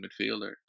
midfielder